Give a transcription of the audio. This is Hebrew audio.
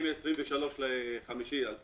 מאז 23 במאי 2000